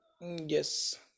yes